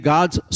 God's